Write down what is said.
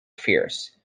fierce